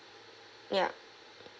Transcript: ya